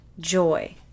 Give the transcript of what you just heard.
joy